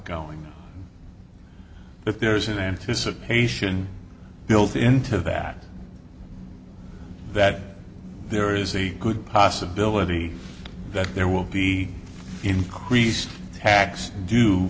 going on if there is an anticipation built into that that there is a good possibility that there will be increased tax d